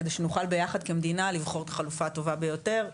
כדי שנוכל ביחד כמדינה לבחור את החלופה הטובה ביותר,